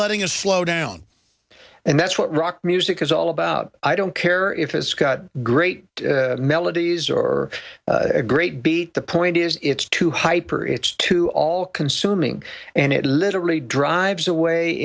letting a slow down and that's what rock music is all about i don't care if it's got great melodies or a great beat the point is it's too hyper it's too all consuming and it literally drives away